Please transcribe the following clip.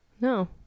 No